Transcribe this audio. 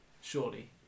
surely